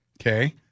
Okay